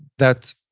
that